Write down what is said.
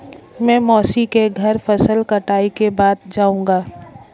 मैं मौसी के घर फसल कटाई के बाद जाऊंगा